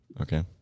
Okay